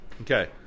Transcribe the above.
Okay